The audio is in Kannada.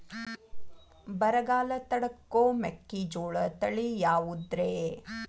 ಬರಗಾಲ ತಡಕೋ ಮೆಕ್ಕಿಜೋಳ ತಳಿಯಾವುದ್ರೇ?